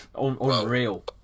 unreal